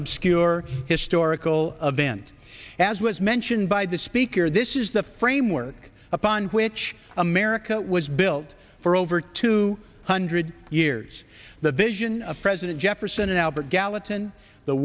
obscure historical event as was mentioned by the speaker this is the framework upon which america was built for over two hundred years the vision of president jefferson albert gallatin the